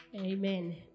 Amen